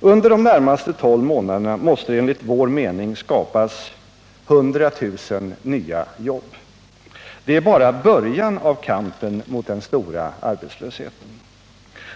Under de närmaste tolv månaderna måste det enligt vår mening skapas 100 000 nya jobb. Det är bara början av kampen mot den stora arbetslösheten.